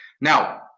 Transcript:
Now